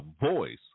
voice